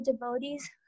devotees